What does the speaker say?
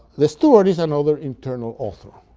the steward is another internal author,